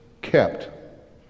kept